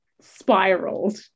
spiraled